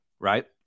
Right